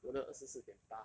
我的二十四点八